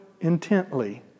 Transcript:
intently